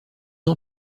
ans